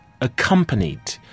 accompanied